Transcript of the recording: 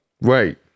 Right